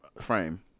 frame